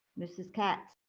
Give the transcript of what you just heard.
ms. katz?